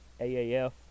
AAF